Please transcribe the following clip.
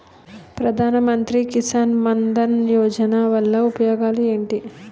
ప్రధాన మంత్రి కిసాన్ మన్ ధన్ యోజన వల్ల ఉపయోగాలు ఏంటి?